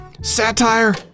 satire